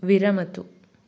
विरमतु